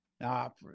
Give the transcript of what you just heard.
now